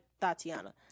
tatiana